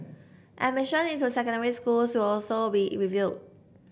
admission into secondary schools will also be reviewed